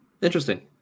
Interesting